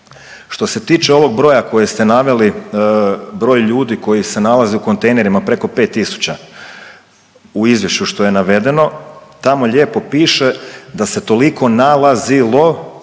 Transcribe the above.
Što se tiče ovog broja koje ste naveli, broj ljudi koji se nalazi u kontejnerima preko 5 tisuća, u izvješću što je navedeno, tamo lijepo piše da se toliko nalazilo